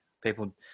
people